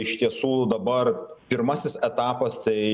iš tiesų dabar pirmasis etapas tai